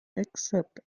except